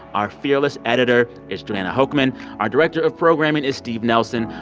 our fearless editor is jordana hochman. our director of programming is steve nelson.